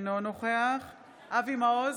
נוכח אבי מעוז,